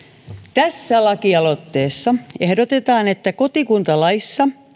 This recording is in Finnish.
tässä lakialoitteessa ehdotetaan että kotikuntalaissa